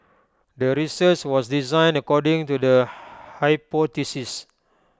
the research was designed according to the hypothesis